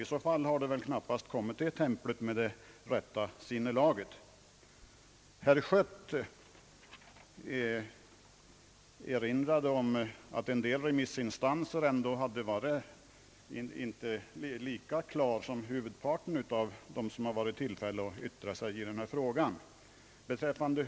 I så fall har de väl knappast kommit till templet med det rätta sinnelaget. Herr Schött erinrade om att en del remissinstanser ändå inte hade haft samma uppfattning som huvudparten av de remissinstanser som fått yttra sig i denna fråga.